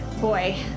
Boy